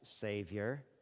Savior